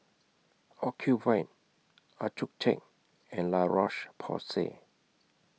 Ocuvite Accucheck and La Roche Porsay